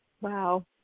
Wow